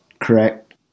Correct